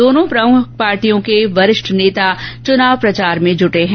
दोनों प्रमुख पार्टियों के वरिष्ठ नेता भी चुनाव प्रचार में जूटे हैं